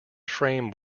frame